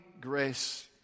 grace